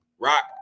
rock